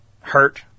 Hurt